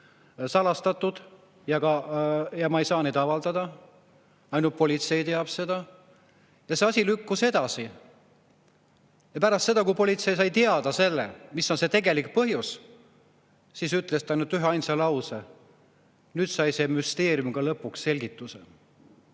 salastatud ja ma ei saa neid avaldada. Ainult politsei teab seda. Ja see asi lükkus edasi. Ja pärast seda, kui politsei sai teada, mis on see tegelik põhjus, siis ütles ta ainult üheainsa lause: "Nüüd sai see müsteerium ka lõpuks selgituse."